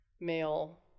male